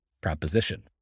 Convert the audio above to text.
proposition